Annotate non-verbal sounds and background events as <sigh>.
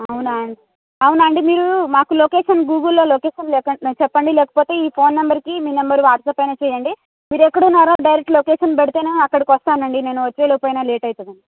అవునా అవునా అండి మీరు మాకు లొకేషన్ గూగుల్లో లొకేషన్ <unintelligible> చెప్పండి లేకపోతే ఈ ఫోన్ నెంబర్కి మీ నంబర్ వాట్సప్ అయినా చెయ్యండి మీరు ఎక్కడున్నారో డైరెక్ట్ లొకేషన్ పెడితే నేను అక్కడికి వస్తానండి నేను వచ్చేలోపైనా లేట్ అవుతుంది